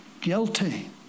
guilty